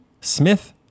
smith